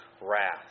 wrath